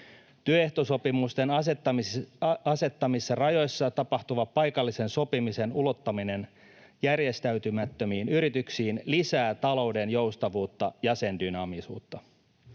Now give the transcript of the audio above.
Työehtosopimusten asettamissa rajoissa tapahtuva paikallisen sopimisen ulottaminen järjestäytymättömiin yrityksiin lisää talouden joustavuutta ja sen dynaamisuutta.